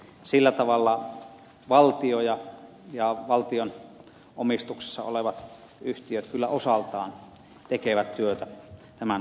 eli sillä tavalla valtio ja valtion omistuksessa olevat yhtiöt kyllä osaltaan tekevät työtä tämän